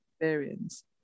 experience